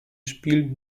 spiel